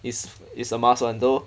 is is a must [one] though